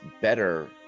better